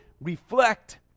reflect